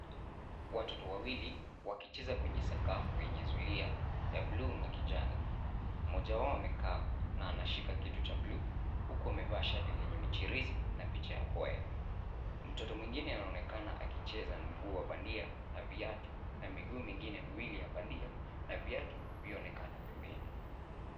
Watoto wawili wakicheza kwenye sakafu yenye zulia ya bluu na kijani. Mmoja wao amekaa na anashika kitu cha bluu huku amevaa shati lenye michirizi na picha ya boya. Mtoto mwingine anaonekana akicheza na mguu wa bandia na viatu na miguu mingine miwili ya bandia na viatu vyaonekana pembeni.